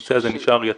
הנושא הזה נשאר יתום.